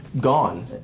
gone